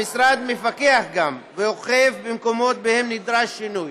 המשרד מפקח גם, ואוכף במקומות שבהם נדרש שינוי.